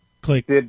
click